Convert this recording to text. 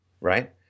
right